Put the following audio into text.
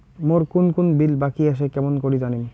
মোর কুন কুন বিল বাকি আসে কেমন করি জানিম?